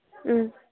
ꯎꯝ